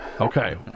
okay